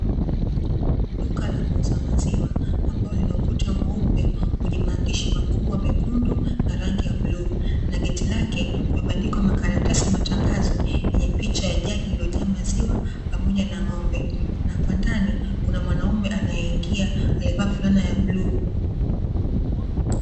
Duka la muuza maziwa ambalo lina ukuta mweupe, wenye maandishi makubwa mekundu, na rangi ya bluu. Na geti lake kumebandikwa makaratasi ya matangazo, yenye picha ya jagi lililojaa maziwa, pamoja na ng'ombe. Na kwa ndani, kuna mwanaume anayeingia aliyevaa fulana ya bluu.